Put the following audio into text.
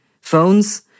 phones